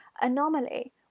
anomaly